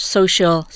Social